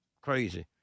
crazy